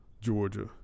Georgia